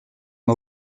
m’a